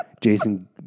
Jason